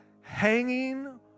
hanging